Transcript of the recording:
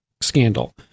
scandal